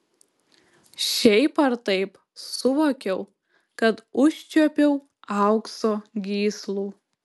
šiaip ar taip suvokiau kad užčiuopiau aukso gyslų